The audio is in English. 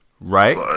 Right